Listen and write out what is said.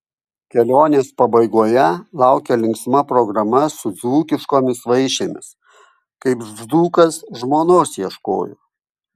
kelionės pabaigoje laukė linksma programa su dzūkiškomis vaišėmis kaip dzūkas žmonos ieškojo